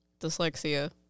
Dyslexia